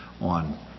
on